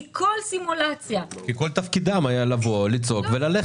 כי כל תפקידם היה לבוא, לצעוק וללכת.